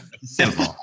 Simple